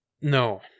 No